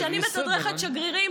כשאני מתדרכת שגרירים,